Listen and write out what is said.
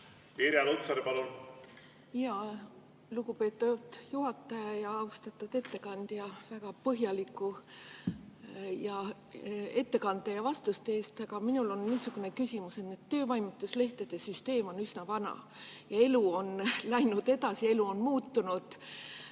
Irja Lutsar, palun! Lugupeetud juhataja! Austatud ettekandja, tänan väga põhjaliku ettekande ja vastuste eest! Aga minul on niisugune küsimus. Töövõimetuslehtede süsteem on üsna vana, aga elu on läinud edasi, elu on muutunud.